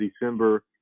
December